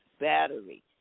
battery